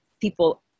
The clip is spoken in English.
people